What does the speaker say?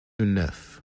neuf